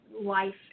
life